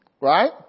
right